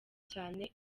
cyane